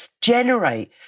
generate